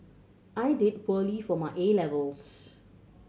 I did poorly for my A levels